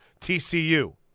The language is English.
TCU